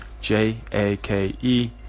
j-a-k-e